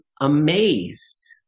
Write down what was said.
amazed